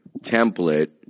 template